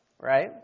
Right